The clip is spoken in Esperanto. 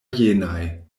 jenaj